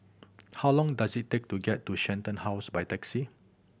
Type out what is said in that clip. how long does it take to get to Shenton House by taxi